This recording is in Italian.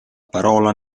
parola